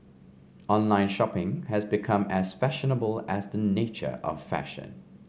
online shopping has become as fashionable as the nature of fashion